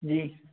जी